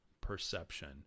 perception